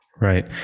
Right